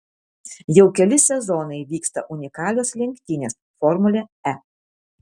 jau keli sezonai vyksta unikalios lenktynės formulė e